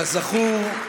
כזכור,